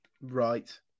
Right